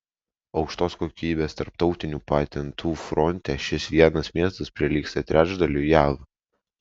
aukštos kokybės tarptautinių patentų fronte šis vienas miestas prilygsta trečdaliui jav